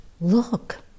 look